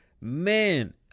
man